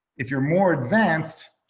if you're more advanced,